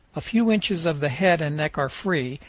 a few inches of the head and neck are free,